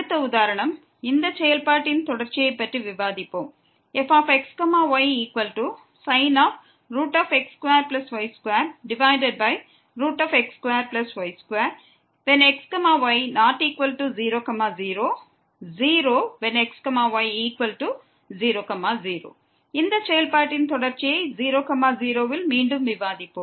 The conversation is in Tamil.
அடுத்த உதாரணம் இந்த செயல்பாட்டின் தொடர்ச்சியைப் பற்றி விவாதிப்போம் fxysin x2y2 x2y2xy≠00 0xy00 இந்த செயல்பாட்டின் தொடர்ச்சியை 0 0ல் மீண்டும் விவாதிப்போம்